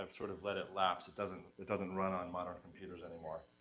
um sort of let it lapse. it doesn't, it doesn't run on modern computers any more,